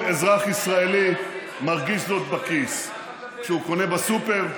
כל אזרח ישראלי מרגיש זאת בכיס כשהוא קונה בסופר,